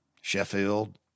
Sheffield